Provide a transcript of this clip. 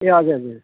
ए हजुर हजुर